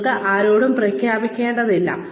നിങ്ങൾ അത് ആരോടും പ്രഖ്യാപിക്കേണ്ടതില്ല